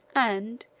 and,